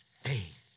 faith